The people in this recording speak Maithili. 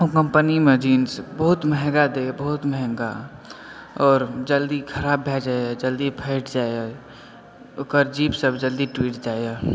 मे जींस बहुत महँगा दय बहुत महँगा आओर जल्दी ख़राब भए जाइ अछि जल्दी फाइट जाइया ओकर जीप सब जल्दी टूटि जाइया